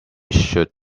should